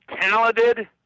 talented